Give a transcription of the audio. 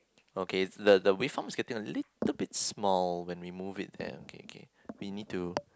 okay the the waveform is getting a little bit small when we move it there okay okay we need to